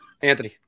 Anthony